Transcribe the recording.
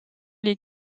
les